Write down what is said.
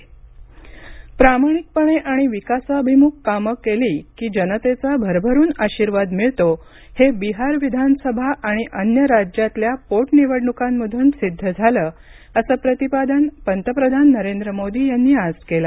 पंतप्रधान भाजपा प्रामाणिकपणे आणि विकासाभिमुख कामं केली की जनतेचा भरभरून आशीर्वाद मिळतो हे बिहार विधानसभा आणि अन्य राज्यातल्या पोटनिवडणुकांमधून सिद्ध झालं असं प्रतिपादन पंतप्रधान नरेंद्र मोदी यांनी आज केलं